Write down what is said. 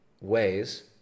ways